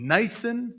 Nathan